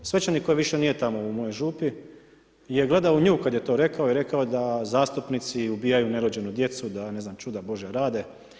Svećenik koji više nije tamo u mojoj župi je gledao u nju kad je to rekao i rekao je da zastupnici ubijaju nerođenu djecu, da ne znam, čuda božja rade.